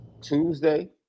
tuesday